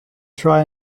try